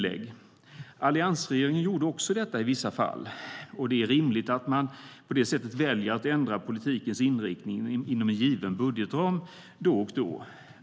Även alliansregeringen gjorde detta i vissa fall. Det är rimligt att man på det sättet väljer att då och då ändra politikens inriktning inom en given budgetram.